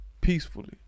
peacefully